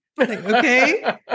Okay